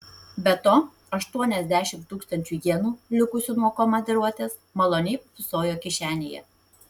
be to aštuoniasdešimt tūkstančių jenų likusių nuo komandiruotės maloniai pūpsojo kišenėje